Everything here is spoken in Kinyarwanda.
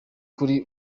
kuri